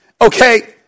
Okay